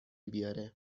بیاره